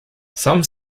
some